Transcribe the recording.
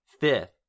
Fifth